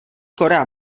korea